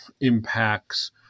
impacts